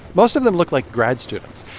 most of them look like grad students.